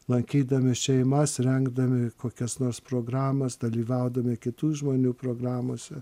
lankydami šeimas rengdami kokias nors programas dalyvaudami kitų žmonių programose